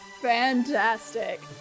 Fantastic